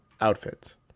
outfits